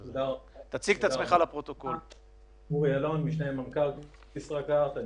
אני משנה למנכ"ל ישראכרט.